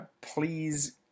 Please